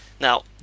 Now